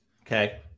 Okay